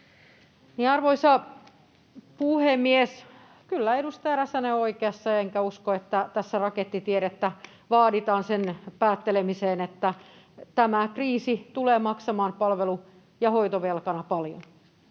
Arvoisa puhemies! Kyllä edustaja Räsänen on oikeassa, enkä usko, että tässä rakettitiedettä vaaditaan sen päättelemiseen, että tämä kriisi tulee maksamaan palvelu- ja hoitovelkana paljon.